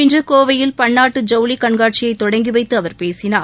இன்று கோவையில் பள்ளாட்டு ஜவுளிக் கண்காட்சியை தொடங்கி வைத்து அவர் பேசினார்